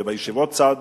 ובישיבות הצד